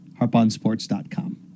HarpOnSports.com